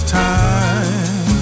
time